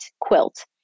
Quilt